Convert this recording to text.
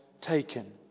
taken